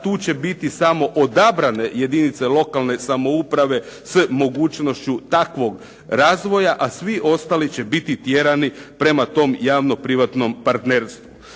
tu će biti samo odabrane jedinice lokalne samouprave sa mogućnošću takvog razvoja a svi ostali će biti tjerani prema tom javno-privatnom partnerstvu.